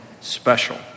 special